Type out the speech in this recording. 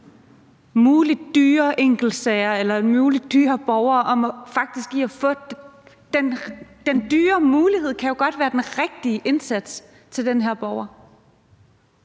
muligt dyre enkeltsager eller muligt dyre borgere i faktisk at få et tilbud. Den dyre mulighed kan jo godt være den rigtige indsats til den her borger.